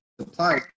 supply